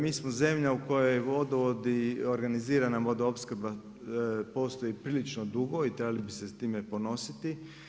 Mi smo zemlja u kojoj vodovodi organiziraju vodoopskrba postoji prilično dugo i trebali bi se s time ponositi.